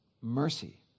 mercy